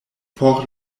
por